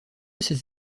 cette